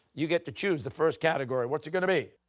you get to choose the first category. what's it going to be?